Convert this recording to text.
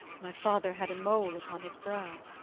my father had a mole upon his brow.